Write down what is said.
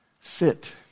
Sit